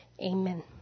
Amen